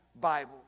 Bible